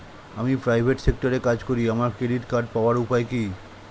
আমি প্রাইভেট সেক্টরে কাজ করি আমার ক্রেডিট কার্ড পাওয়ার উপায় কি?